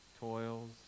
toils